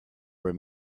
were